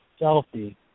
selfie